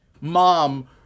mom